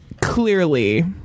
clearly